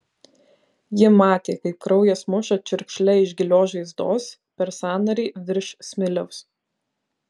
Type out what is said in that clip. ji matė kaip kraujas muša čiurkšle iš gilios žaizdos per sąnarį virš smiliaus